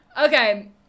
Okay